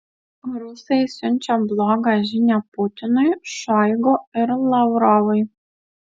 rusai siunčia blogą žinią putinui šoigu ir lavrovui